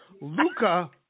Luca